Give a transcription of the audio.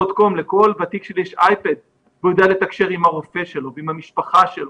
לכל ותיק שלי יש אייפד והוא יודע לתקשר עם הרופא שלו ועם המשפחה שלו.